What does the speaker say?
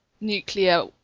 nuclear